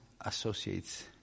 associates